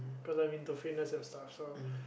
cause I'm into fitness and stuff so